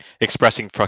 expressing